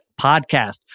podcast